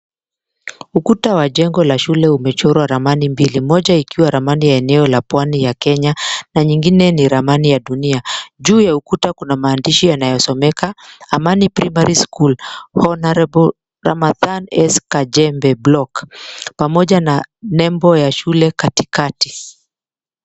Ukuta wa jengo la shule umechorwa ramani mbili. Moja ikiwa ramani ya eneo la pwani ya Kenya na nyingine ni ramani ya dunia. Juu ya ukuta kuna maandishi yanayosomeka Amani Primary School Honorable Ramadhan S. Kajembe Block pamoja na nembo ya shule katikati.